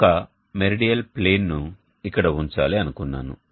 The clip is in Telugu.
ఒక మెరిడియల్ ప్లేన్ నుఇక్కడ ఉంచాలి అనుకున్నాను